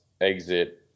exit